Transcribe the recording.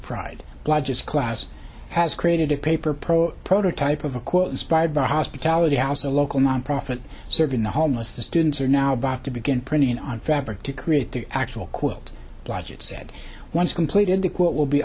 pride bludgers class has created a paper pro prototype of a quote inspired by hospitality house a local nonprofit serving the homeless the students are now about to begin printing on fabric to create the actual quilt blodgett said once completed the quote will be